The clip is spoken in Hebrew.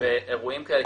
באירועים כאלה,